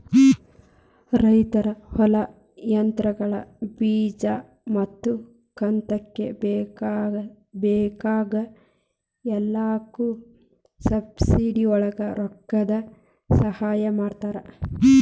ರೈತರ ಹೊಲಾ, ಯಂತ್ರಗಳು, ಬೇಜಾ ಮತ್ತ ಕಂತಕ್ಕ ಬೇಕಾಗ ಎಲ್ಲಾಕು ಸಬ್ಸಿಡಿವಳಗ ರೊಕ್ಕದ ಸಹಾಯ ಮಾಡತಾರ